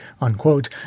unquote